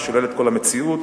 משוללת כל מציאות,